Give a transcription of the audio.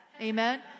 amen